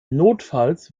notfalls